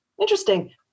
interesting